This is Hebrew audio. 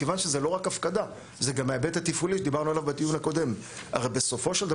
מכיוון שזה לא רק הפקדה אלא זה גם ההיבט